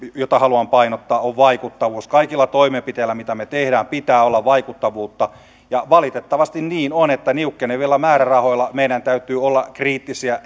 painottaa on vaikuttavuus kaikilla toimenpiteillä mitä me teemme pitää olla vaikuttavuutta ja valitettavasti on niin että niukkenevilla määrärahoilla meidän täytyy olla kriittisiä